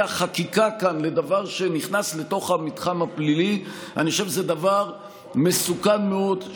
החקיקה כאן לדבר שנכנס לתוך המתחם הפלילי זה דבר מסוכן מאוד,